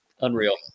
Unreal